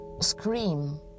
scream